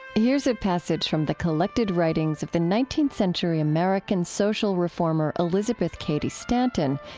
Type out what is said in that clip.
here's a passage from the collected writings of the nineteenth century american social reformer elizabeth cady stanton.